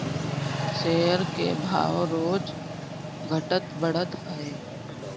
share के भाव रोज घटत बढ़त हअ